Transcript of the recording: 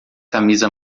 camisa